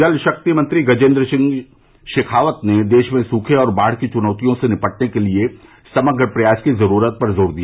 जलशक्ति मंत्री गजेन्द्र सिंह शेखावत ने देश में सूखे और बाढ़ की चुनौतियों से निपटने के लिए समग्र प्रयास की जरूरत पर जोर दिया